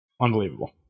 unbelievable